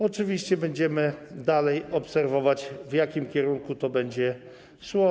Oczywiście będziemy dalej obserwować, w jakim kierunku to będzie szło.